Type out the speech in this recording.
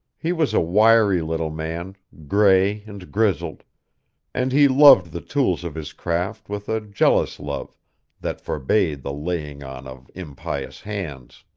he was a wiry little man, gray and grizzled and he loved the tools of his craft with a jealous love that forbade the laying on of impious hands.